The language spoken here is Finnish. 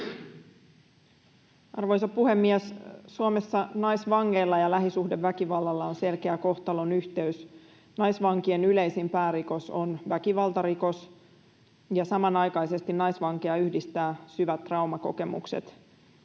Arvoisa puhemies! Suomessa naisvangeilla ja lähisuhdeväkivallalla on selkeä kohtalonyhteys. Naisvankien yleisin päärikos on väkivaltarikos, ja samanaikaisesti naisvankeja yhdistävät syvät traumakokemukset.